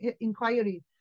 inquiry